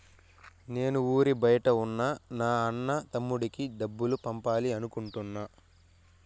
నేను ఊరి బయట ఉన్న నా అన్న, తమ్ముడికి డబ్బులు పంపాలి అనుకుంటున్నాను